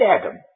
Adam